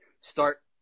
Start